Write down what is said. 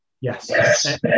Yes